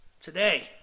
today